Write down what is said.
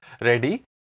Ready